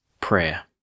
prayer